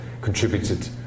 contributed